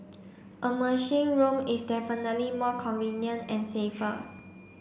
a machine room is definitely more convenient and safer